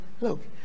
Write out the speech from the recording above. look